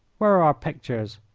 where are our pictures?